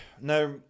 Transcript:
Now